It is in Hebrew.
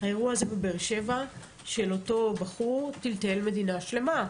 האירוע הזה בבאר שבע של אותו בחור טלטל מדינה שלמה,